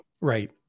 Right